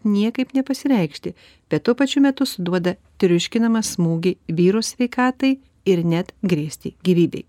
niekaip nepasireikšti bet tuo pačiu metu suduoda triuškinamą smūgį vyro sveikatai ir net grėsti gyvybei